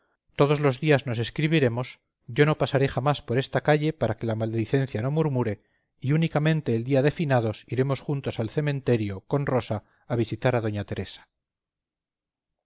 todos los días nos escribiremos yo no pasaré jamás por esta calle para que la maledicencia no murmure y únicamente el día de finados iremos juntos al cementerio con rosa a visitar a doña teresa